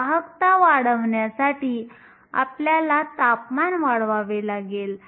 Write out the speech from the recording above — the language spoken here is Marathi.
वाहकता वाढवण्यासाठी आपल्याला तापमान वाढवावे लागेल